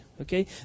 okay